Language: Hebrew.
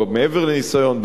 או מעבר לניסיון,